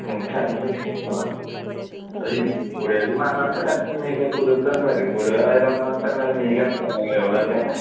commission మీకు ఇస్తానా అది మూడు వేలకి మాట్లాడితే కమీషన్ నీకు కుదురుతుంది మరి మూడు వేల ఐదు వందలంటే మరి మీకు అంత నేను ఇవ్వలేను కదా